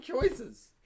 choices